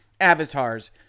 avatars